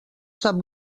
sap